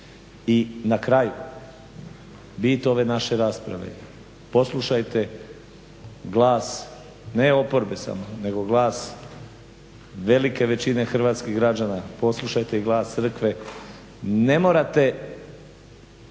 I na kraju, bit ove naše rasprave, poslušajte ne oporbe samo nego glas velike većine hrvatskih građana, poslušajte glas crkve. Ne morate